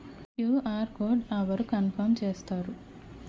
QR code అవరు confirm చేస్తారు?